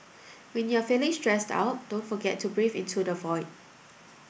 when you are feeling stressed out don't forget to breathe into the void